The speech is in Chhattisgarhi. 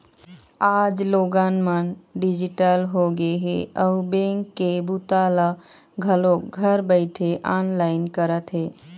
आज लोगन मन डिजिटल होगे हे अउ बेंक के बूता ल घलोक घर बइठे ऑनलाईन करत हे